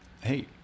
Hey